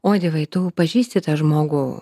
o dievai tu pažįsti tą žmogų